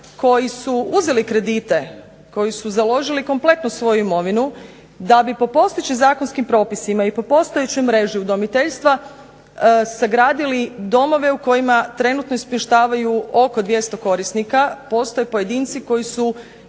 koji su uzeli kredite, koji su založili kompletnu svoju imovinu da bi po postojećim zakonskim propisima i po postojećoj mreži udomiteljstva sagradili domove u kojima trenutno smještavaju oko 200 korisnika. Postoje pojedinci koji su